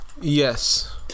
Yes